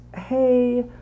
hey